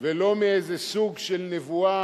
ולא מאיזה סוג של נבואה,